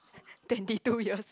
twenty two years